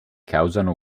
causano